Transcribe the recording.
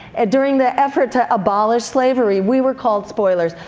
during the effort to abolish slavery we were called spoilers.